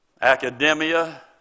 academia